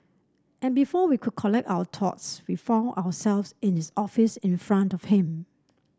and before we could collect our thoughts we found ourselves in his office in front of him